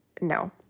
no